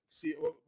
See